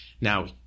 now